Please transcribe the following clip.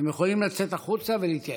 אתם יכולים לצאת החוצה ולהתייעץ.